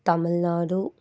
Tamil Nadu